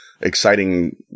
exciting